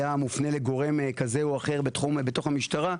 היה מופנה לגורם כזה או אחר בתוך המשטרה,